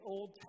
Old